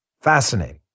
Fascinating